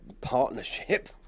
partnership